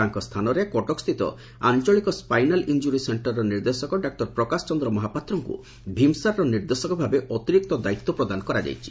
ତାଙ୍କ ସ୍ସାନରେ କଟକ ସ୍ତିତ ଆଞ୍ଚଳିକ ସାଇନାଲ୍ ଇଞ୍ଚରୀ ସେକ୍କରର ନିର୍ଦ୍ଦେଶକ ଡାକ୍ତର ପ୍ରକାଶ ଚନ୍ଦ୍ର ମହାପାତ୍ରଙ୍କୁ ଭିମ୍ସାର୍ର ନିର୍ଦ୍ଦେଶକ ଭାବେ ଅତିରିକ୍ତ ଦାୟିତ୍ ପ୍ରଦାନ କରାଯାଇଛି